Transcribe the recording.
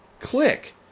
Click